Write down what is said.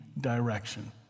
direction